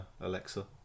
Alexa